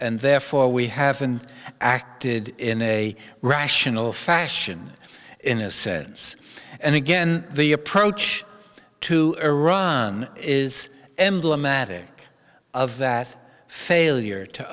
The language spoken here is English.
and therefore we haven't acted in a rational fashion in a sense and again the approach to iran is emblematic of that failure to